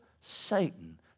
Satan